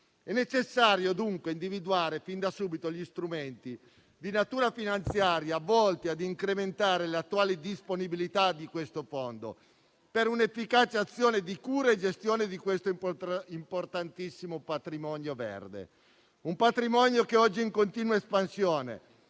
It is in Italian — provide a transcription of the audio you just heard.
È necessario, dunque, individuare fin da subito gli strumenti di natura finanziaria volti a incrementare l'attuale disponibilità di questo fondo per un'efficace azione di cura e gestione di questo importantissimo patrimonio verde, che oggi è in continua espansione,